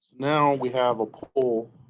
now we have a poll.